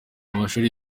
amashuri